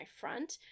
front